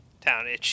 town